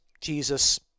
Jesus